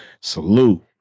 salute